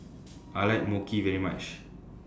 I like Mochi very much